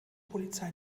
polizei